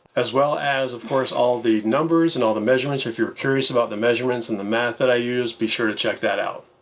as well as, of course, all the numbers and all the measurements. if you were curious about the measurements and the math that i use, be sure to check that out.